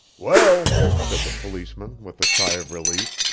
well, said the policeman, with a sigh of relief,